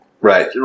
Right